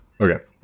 Okay